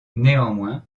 néanmoins